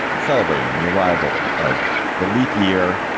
celebrating the arrival of the leap year.